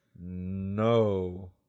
No